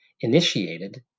initiated